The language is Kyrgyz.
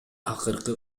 акыркы